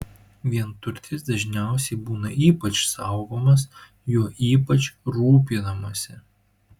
vienturtis dažniausiai būna ypač saugomas juo ypač rūpinamasi